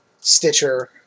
Stitcher